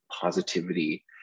positivity